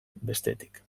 bestetik